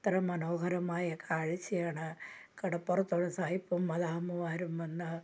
അത്ര മനോഹരമായ കാഴ്ചയാണ് കടപ്പുറത്തുള്ളത് സായിപ്പന്മാരും മദാമ്മമാരും വന്ന്